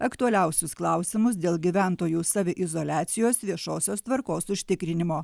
aktualiausius klausimus dėl gyventojų saviizoliacijos viešosios tvarkos užtikrinimo